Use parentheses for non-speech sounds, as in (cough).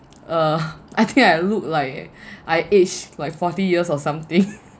uh I think I looked like (breath) I aged like forty years or something (laughs)